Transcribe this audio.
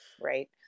Right